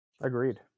Agreed